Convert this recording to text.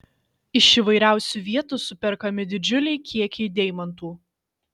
iš įvairiausių vietų superkami didžiuliai kiekiai deimantų